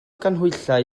ganhwyllau